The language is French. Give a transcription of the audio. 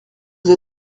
vous